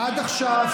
עד עכשיו,